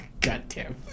Goddamn